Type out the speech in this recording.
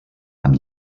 amb